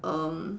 um